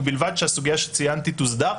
ובלבד שהסוגיה שציינתי תוסדר.